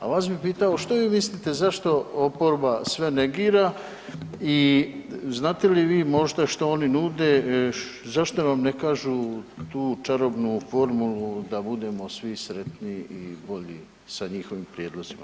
A vas bi pitao, što vi mislite, zašto oporba sve negira i znate li vi možda što oni nude, zašto nam ne kažu tu čarobnu formulu da budemo svi sretni i bolji sa njihovim prijedlozima?